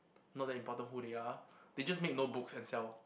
not that important who they are they just make notebooks and sell